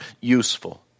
useful